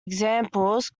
examples